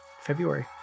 February